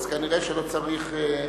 אז כנראה לא צריך,